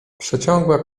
przeciągła